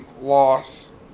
loss